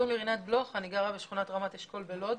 בלוך, אני גרה בשכונת רמות אשכול בלוד.